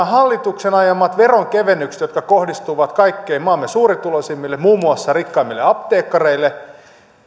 hallituksen ajamista veronkevennyksistä jotka kohdistuvat maamme kaikkein suurituloisimmille muun muassa rikkaimmille apteekkareille